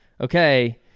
Okay